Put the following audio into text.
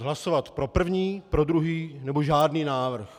Hlasovat pro první, pro druhý nebo žádný návrh.